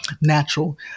natural